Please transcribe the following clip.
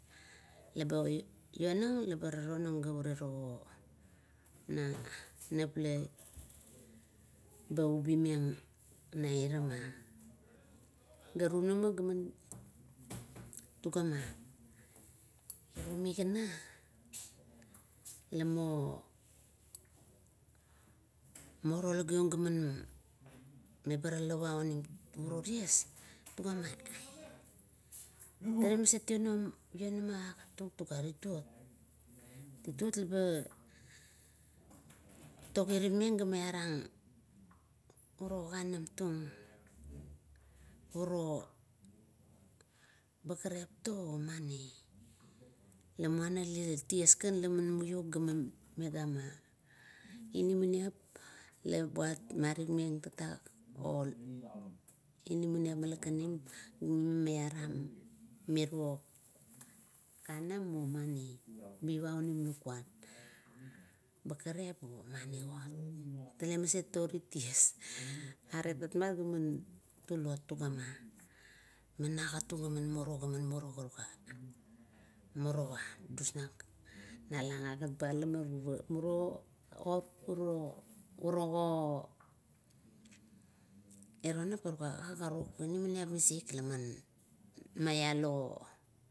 Leba ionang ebara tonang ga ure togo nanaep ba ubimang mairapa. Ga runama ga rugama pairomigana lamo ba ralawa ouro ties toga mat, tale gat maset iriot ugat tung tuga titot laba towarimeng ga maiarang uro ganam tung, uro bakerep tuo pamani. La muana ties kan laman muio igama inamaniap labuat mairuk meng tatak ol inamaniap mila kanim ga mime miaram mirou kama memni, maiva onim lukuan, bakarap omanivot, tale maset orit ties, are rapmat gaman tulot, tuga ma agat tung munot, gaman murot, morowa dus, nang agat ba ula muru, pamuro urogo eva tuga karuk inamaniap misik la malalo.